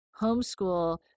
homeschool